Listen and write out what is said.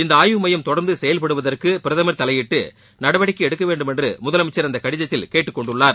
இந்த ஆய்வு மையம் தொடர்ந்து செயல்படுவதற்கு பிரதமர் தலையிட்டு நடவடிக்கை எடுக்க வேண்டுமென்று முதலமைச்சர் அந்த கடிதத்தில் கேட்டுக் கொண்டுள்ளார்